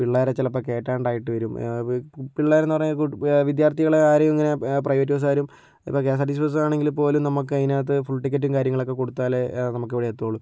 പിള്ളേരെ ചിലപ്പം കേറ്റാണ്ടായിട്ട് വരും പിള്ളേരെന്ന് പറഞ്ഞ് കഴിഞ്ഞാൽ വിദ്യാർത്ഥികളെ ആരെയും ഇങ്ങനെ പ്രൈവറ്റ് ബസ്സ്കാരും ഇപ്പോൾ കെഎസ്ആർടിസി ബസ്സാണെങ്കിൽ പോലും നമ്മക്കയിനാത്ത് ഫുൾ ടിക്കറ്റ് കാര്യങ്ങളൊക്കെ കൊടുത്താലേ നമ്മക്കിവിടെ എത്തുവൊള്ളു